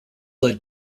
led